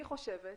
אני חושבת